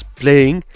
playing